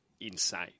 insane